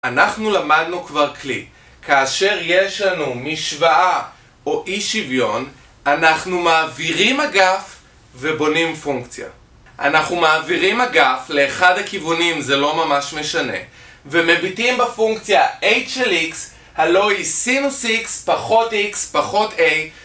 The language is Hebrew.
אנחנו למדנו כבר כלי. כאשר יש לנו משוואה או אי שוויון, אנחנו מעבירים אגף ובונים פונקציה. אנחנו מעבירים אגף לאחד הכיוונים, זה לא ממש משנה. ומביטים בפונקציה h של x, הלוא היא sin x פחות x פחות a.